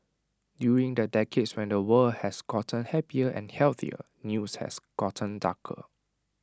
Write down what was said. during the decades when the world has gotten happier and healthier news has gotten darker